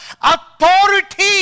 authority